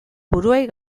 buruei